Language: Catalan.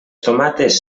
tomates